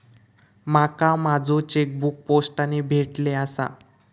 माका माझो चेकबुक पोस्टाने भेटले आसा